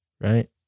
right